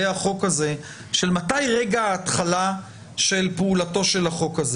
החוק הזה של מתי רגע ההתחלה של פעולתו של החוק הזה.